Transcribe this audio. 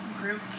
group